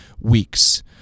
weeks